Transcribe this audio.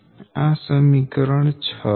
આ સમીકરણ 6 છે